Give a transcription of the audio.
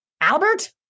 Albert